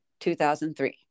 2003